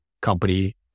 company